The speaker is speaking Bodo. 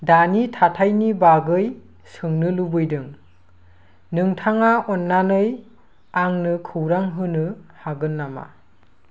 दानि थाथायनि बागै सोंनो लुबैदों नोंथाङा अननानै आंनो खौरां होनो हागोन नामा